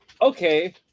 okay